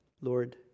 Lord